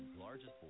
largest